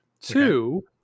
Two